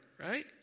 right